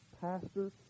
pastor